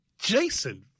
Jason